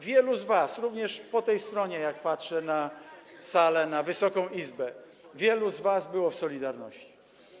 Wielu z was, również po tej stronie, jak patrzę na salę, na Wysoką Izbę, było w „Solidarności”